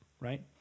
Right